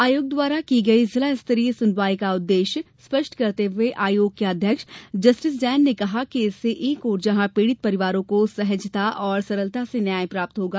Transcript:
आयोग द्वारा की गई जिला स्तरीय सुनवाई का उद्वेश्य स्पष्ट करते हुए आयोग के अध्यक्ष जस्टिस जैन ने कहा कि इससे एक ओर जहां पीढ़ित परिवारों को सहजता और सरलता से न्याय प्राप्त होगा